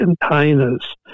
containers